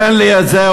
תן לי את זה.